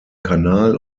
kanal